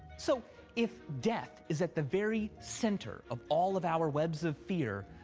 so if death is at the very center of all of our webs of fear,